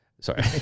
sorry